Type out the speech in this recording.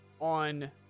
on